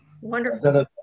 Wonderful